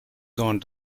gone